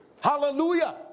Hallelujah